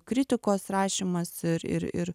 kritikos rašymas ir ir ir